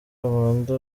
amanda